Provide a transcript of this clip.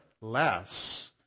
less